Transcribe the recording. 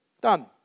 Done